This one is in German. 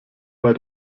bei